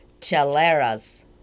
Chaleras